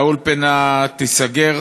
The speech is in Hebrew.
והאולפנה תיסגר.